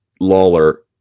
Lawler